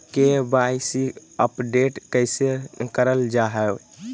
KYC update कैसे करल जाहै?